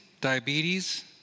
diabetes